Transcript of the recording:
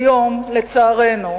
כיום, לצערנו,